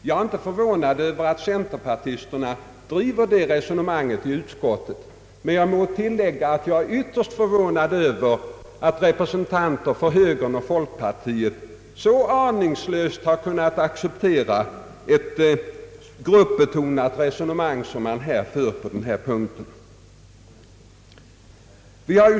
Jag är inte förvånad över att centerpartiet driver det resonemanget i utskottet, men jag måste tillägga att jag är ytterst förvånad över att representanter för högern och folkpartiet så aningslöst har kunnat acceptera ett så intressseoch gruppbetonat resonemang.